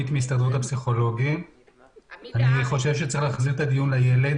אני חושב שצריך להחזיר את הדיון לילד